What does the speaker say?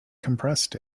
compressed